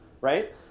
right